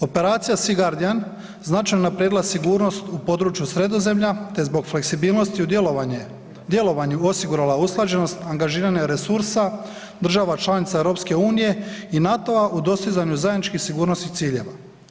Operacija „Sea guardian“ značajno je unaprijedila sigurnost u području Sredozemlja te zbog fleksibilnosti u djelovanju osigurala usklađenost angažiranih resursa država članica EU-a i NATO-a u dostizanju zajedničkih sigurnosnih ciljeva.